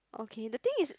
okay the thing is